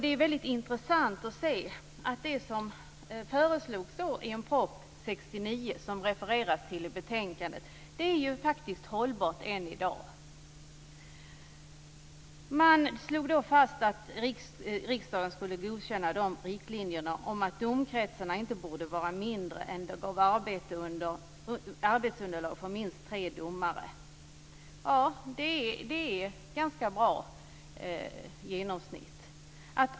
Det är väldigt intressant att se att det som föreslogs i en proposition 1969, och som refereras till i betänkandet, faktiskt är hållbart än i dag. Då slog man fast att riksdagen skulle godkänna riktlinjerna om att domkretsarna inte borde vara mindre än att de gav arbetsunderlag för minst tre domare. Det är ett ganska bra genomsnitt.